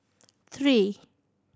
three